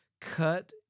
cut